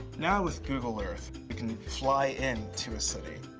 now with google earth, we can fly into a city.